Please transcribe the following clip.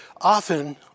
often